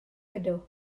ydw